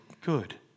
good